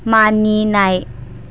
मानिनाय